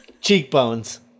Cheekbones